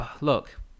look